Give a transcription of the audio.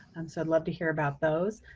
and so i'd love to hear about those,